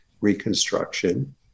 reconstruction